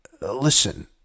Listen